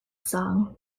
song